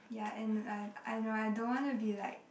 ya and uh no I don't want to be like